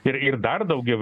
ir ir dar daugiau